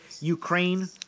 Ukraine